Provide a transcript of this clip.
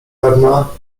verne’a